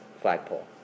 flagpole